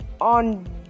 on